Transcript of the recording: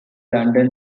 london